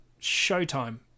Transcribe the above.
showtime